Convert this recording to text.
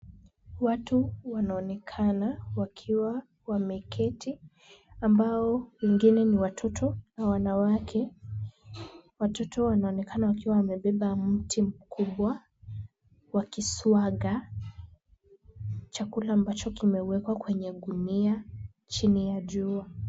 Watu wanaonekana wakiwa wameketi, ambao wengine ni watoto na wanawake. Watoto wanaonekana wakiwa wamebeba mti mkubwa wakiswaga chakula, ambacho kimewekwa kwenye gunia chini ya jua.